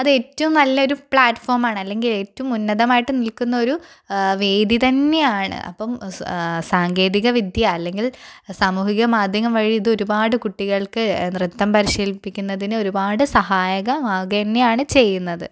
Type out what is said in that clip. അതേറ്റവും നല്ലൊരു പ്ലാറ്റഫോമാണ് അല്ലെങ്കിൽ ഏറ്റോം ഉന്നതമായിട്ട് നിൽക്കുന്നൊരു വേദി തന്നെയാണ് അപ്പം സാങ്കേതിക വിദ്യ അല്ലെങ്കിൽ സാമൂഹിക മാധ്യമം വഴി ഇതൊരുപാട് കുട്ടികൾക്ക് നൃത്തം പരിശീലിപ്പിക്കുന്നതിന് ഒരുപാട് സഹായകം ആവുക തന്നെയാണ് ചെയ്യുന്നത്